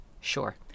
sure